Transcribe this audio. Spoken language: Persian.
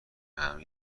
همه